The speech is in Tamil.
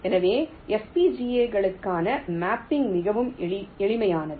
எனவே FPGA களுக்கான மேப்பிங் மிகவும் எளிமையானது